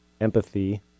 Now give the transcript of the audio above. empathy